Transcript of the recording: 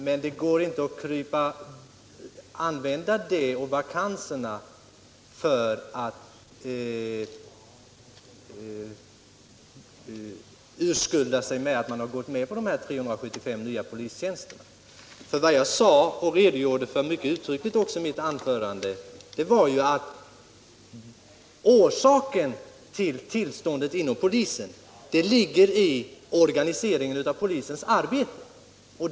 Men det går inte att använda den situationen och vakanserna för att urskulda att man har gått med på de här 375 nya polistjänsterna. Vad jag mycket utförligt redogjorde för i mitt anförande var att orsaken till tillståndet inom polisen ligger i organiseringen av polisarbetet.